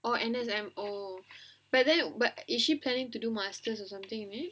oh M_O but then but is she planning to do masters or something